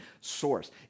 source